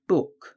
Book